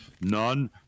none